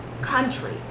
country